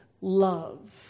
love